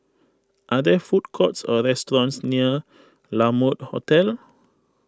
are there food courts or restaurants near La Mode Hotel